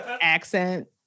accent